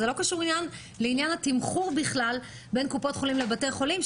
וזה בכלל לא קשור לעניין התמחור בין קופות החולים לבתי החולים.